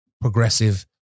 progressive